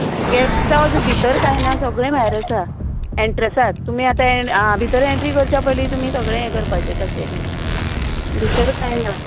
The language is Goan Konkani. गेस्ट हावज भितर कांय ना सगळें भायर आसा एन्ट्रसात तुमी आतां भितर एन्ट्री करच्या पयलीं तुमी सगळें हें करपाचें तशें भितर कांय ना